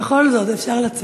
בכל זאת, אפשר לצאת.